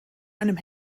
einem